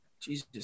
Jesus